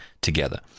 together